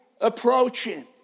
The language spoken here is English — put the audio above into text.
approaching